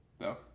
No